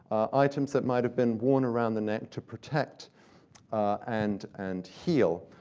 items that might have been worn around the neck to protect and and heal